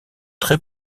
très